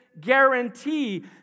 guarantee